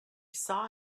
saw